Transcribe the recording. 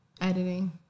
editing